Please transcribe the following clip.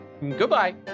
Goodbye